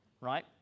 right